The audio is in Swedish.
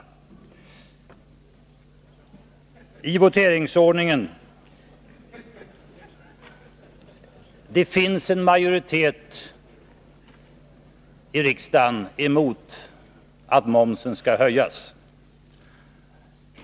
Beträffande voteringsordningen: Det finns en majoritet i riksdagen mot att momsen skall höjas.